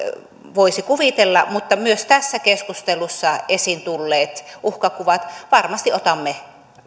voisi kuvitella mutta myös tässä keskustelussa esiin tulleet uhkakuvat varmasti otamme